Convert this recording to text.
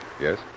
Yes